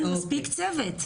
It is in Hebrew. אין מספיק צוות.